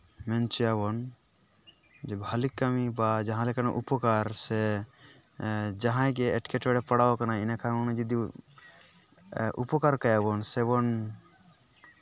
ᱢᱮᱱ ᱦᱚᱪᱚᱭᱟᱵᱚᱱ ᱵᱷᱟᱹᱞᱤ ᱠᱟᱹᱢᱤ ᱵᱟ ᱡᱟᱦᱟᱸ ᱞᱮᱠᱟᱱᱟᱜ ᱩᱯᱚᱠᱟᱨ ᱥᱮ ᱡᱟᱦᱟᱸᱭᱜᱮ ᱮᱸᱴᱠᱮᱴᱚᱬᱮ ᱯᱟᱲᱟᱣ ᱟᱠᱟᱱᱟ ᱮᱸᱰᱮᱠᱷᱟᱱ ᱩᱱᱤ ᱡᱩᱫᱤ ᱩᱯᱚᱠᱟᱨ ᱠᱟᱭᱟᱵᱚᱱ ᱥᱮᱵᱚᱱ